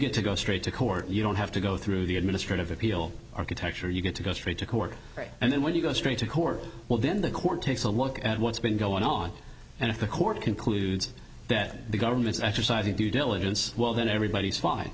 get to go straight to court you don't have to go through the administrative appeal architecture you get to go straight to court and then when you go straight to court well then the court takes a look at what's been going on and if the court concludes that the government's exercising due diligence well then everybody's fine